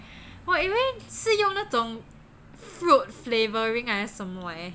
我以为是用那种 fruit flavoring 还是什么 eh